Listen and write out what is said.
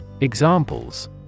Examples